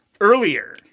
earlier